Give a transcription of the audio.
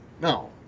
No